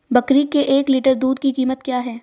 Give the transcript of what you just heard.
बकरी के एक लीटर दूध की कीमत क्या है?